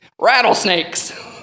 Rattlesnakes